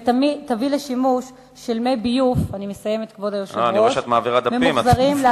ויביאו לשימוש במי ביוב ממוחזרים אדוני היושב-ראש,